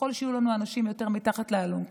ככל שיהיו לנו יותר אנשים מתחת לאלונקה,